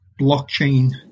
blockchain